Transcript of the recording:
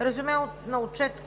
Резюме на Отчет